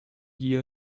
year